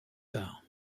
tard